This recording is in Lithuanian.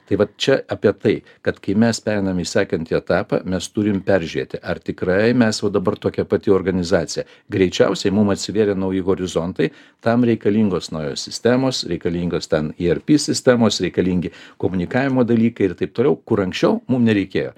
tai vat čia apie tai kad kai mes pereinam į sekantį etapą mes turim peržiūrėti ar tikrai mes jau dabar tokia pati organizacija greičiausiai mum atsivėrė nauji horizontai tam reikalingos naujos sistemos reikalingos ten ir pys sistemos reikalingi komunikavimo dalykai ir taip toliau kur anksčiau mum nereikėjo